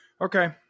Okay